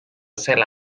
selle